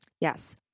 Yes